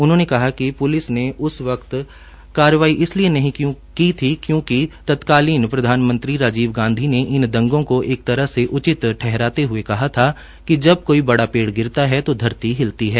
उन्होंने कहा कि प्लिस ने उप वक्त कार्यवाही इसलिए नहीं की थी क्योंकि तत्कालीन प्रधानमंत्री राजीव गाधी ने इन दंगो को एक एक तरह से उचित ठहराते हये कहा कि जब कोई बड़ा गिरता तो धरती हिलती है